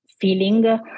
feeling